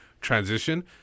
transition